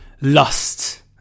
lust